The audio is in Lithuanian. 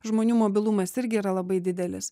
žmonių mobilumas irgi yra labai didelis